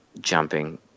jumping